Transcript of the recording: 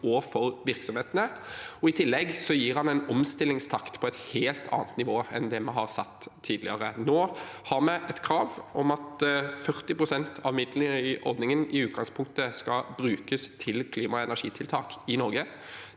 og for virksomhetene, og i tillegg gir den en omstillingstakt på et helt annet nivå enn det man har satt tidligere. Nå har vi et krav om at 40 pst. av midlene i ordningen i utgangspunktet skal brukes til klima- og energitiltak i Norge.